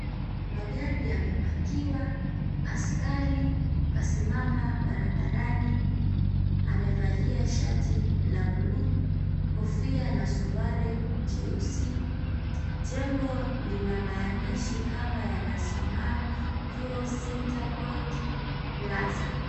Magari yamepakiwa, askari kasimama barabarani amevalia shati la buluu, kofia na suruali jeusi. Jengo lina maandishi kama yanasoma, Vyoo Center Point Plaza.